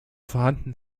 vorhanden